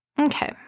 Okay